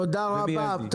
תודה רבה.